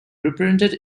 reprinted